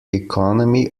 economy